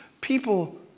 people